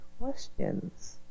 questions